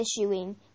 issuing